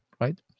right